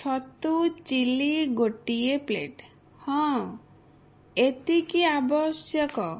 ଛତୁ ଚିଲ୍ଲି ଗୋଟିଏ ପ୍ଲେଟ ହଁ ଏତିକି ଆବଶ୍ୟକ